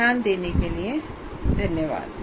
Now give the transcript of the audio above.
ध्यान देने के लिये धन्यवाद